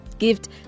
gift